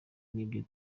n’ibyo